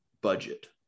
budget